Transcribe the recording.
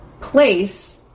place